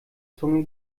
zunge